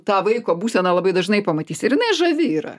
tą vaiko būseną labai dažnai pamatysi ir jinai žavi yra